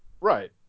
Right